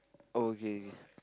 oh okay okay